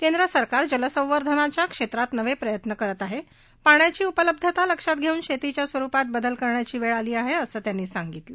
केंद्रसरकार जलसंवर्धनाच्या क्षेत्रात नवे प्रयत्न करत आहे पाण्याची उपलब्धता लक्षात घेऊन शेतीच्या स्वरुपात बदल करण्याची वेळ आली आहे असं त्यांनी सांगितलं